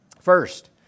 First